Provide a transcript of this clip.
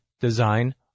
design